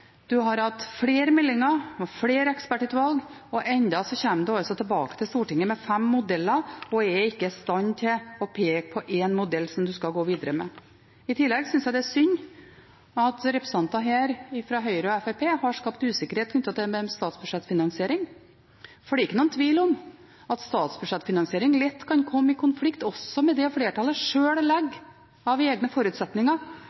en modell som en skal gå videre med. I tillegg synes jeg det er synd at representanter her fra Høyre og Fremskrittspartiet har skapt usikkerhet knyttet til statsbudsjettfinansiering, for det er ikke noen tvil om at statsbudsjettfinansiering lett kan komme i konflikt med det flertallet sjøl